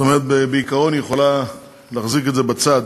זאת אומרת, בעיקרון היא יכולה להחזיק את זה בצד